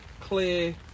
clear